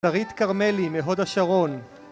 שרית כרמלי מהוד השרון